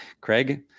Craig